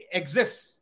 exists